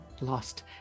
lost